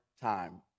time